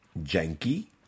Janky